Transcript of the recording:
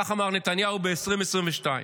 כך אמר נתניהו ב-2022.